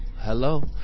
Hello